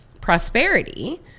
Prosperity